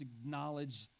acknowledge